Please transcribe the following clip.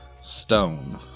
stone